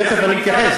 תכף אני אתייחס.